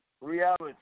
reality